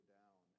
down